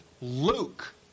Luke